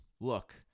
Look